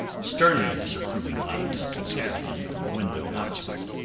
sternly disapproving eyes considered him from a window opposite,